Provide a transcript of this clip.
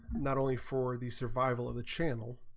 not only for the survival of the channel